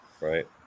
Right